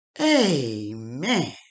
Amen